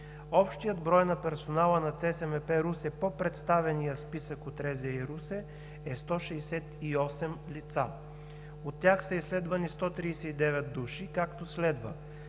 Общият брой на персонала на ЦСМП – Русе, по представения списък от РЗИ – Русе, е 168 лица. От тях са изследвани 139 души, както следва: